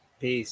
Peace